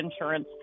insurance